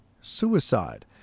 suicide